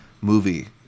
movie